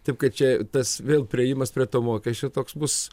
taip kad čia tas vėl priėjimas prie to mokesčio toks bus